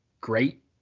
great